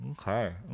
Okay